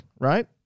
right